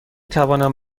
توانم